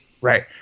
Right